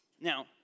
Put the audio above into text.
Now